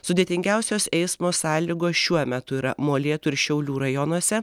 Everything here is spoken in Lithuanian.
sudėtingiausios eismo sąlygos šiuo metu yra molėtų ir šiaulių rajonuose